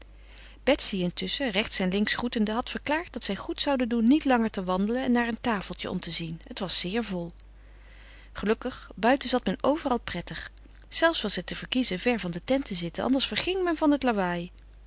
betsy intusschen rechts en links groetende had verklaard dat zij goed zouden doen niet langer te wandelen en naar een tafeltje om te zien het was zeer vol gelukkig buiten zat men overal prettig zelfs was het te verkiezen ver van de tent te zitten anders verging men van het lawaai